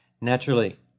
Naturally